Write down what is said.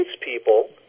people